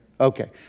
Okay